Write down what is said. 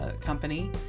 company